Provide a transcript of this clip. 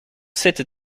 cette